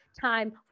time